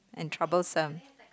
and troublesome